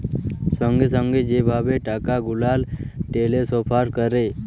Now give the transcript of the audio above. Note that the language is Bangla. সঙ্গে সঙ্গে যে ভাবে টাকা গুলাল টেলেসফার ক্যরে